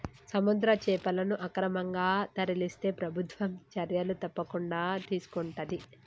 సముద్ర చేపలను అక్రమంగా తరలిస్తే ప్రభుత్వం చర్యలు తప్పకుండా తీసుకొంటది